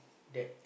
that